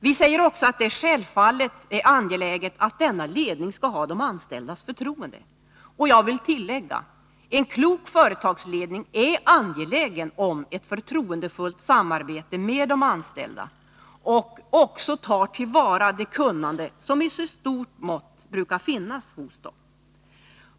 Vi säger också att det självfallet är angeläget att denna ledning skall ha de anställdas förtroende. Och jag vill tillägga: En klok företagsledning är angelägen om ett förtroendefullt samarbete med de anställda och tar också till vara det kunnande som i så stort mått brukar finnas hos dem.